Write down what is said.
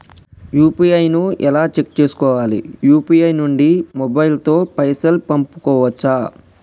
UPI ను ఎలా చేస్కోవాలి యూ.పీ.ఐ నుండి మొబైల్ తో పైసల్ పంపుకోవచ్చా?